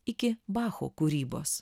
iki bacho kūrybos